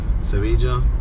Sevilla